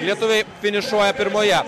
lietuviai finišuoja pirmoje